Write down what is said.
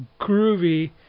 groovy